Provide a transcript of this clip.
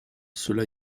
cela